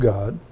God